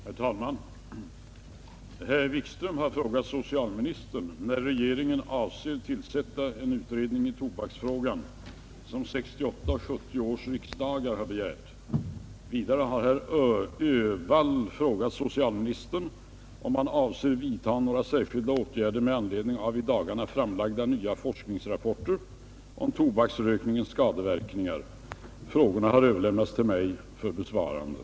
Herr talman! Herr Wikström har frågat socialministern när regeringen avser tillsätta den utredning i tobaksfrågan som 1968 och 1970 års riksdagar begärt. Vidare har herr Öhvall frågat socialministern, om han avser vidta några särskilda åtgärder med anledning av i dagarna framlagda nya forskningsrapporter om tobaksrökningens skadeverkningar. Frågorna har överlämnats till mig för besvarande.